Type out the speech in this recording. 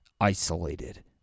isolated